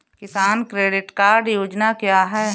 किसान credit card योजना क्या है?